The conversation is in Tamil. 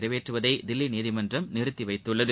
நிறைவேற்றுவதை தில்லி நீதிமன்றம் நிறுத்திவைத்துள்ளது